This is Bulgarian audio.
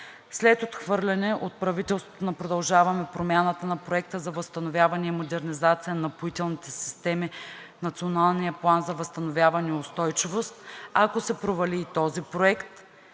След отхвърляне от правителството на „Продължаваме Промяната“ на Проекта за възстановяване и модернизация на напоителните системи в Националния план за възстановяване и устойчивост, ако се провали и този проект,